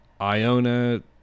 Iona